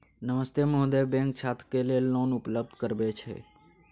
नमस्ते महोदय, बैंक छात्र के लेल लोन उपलब्ध करबे छै?